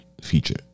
Feature